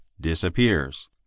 disappears